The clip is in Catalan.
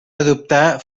adoptar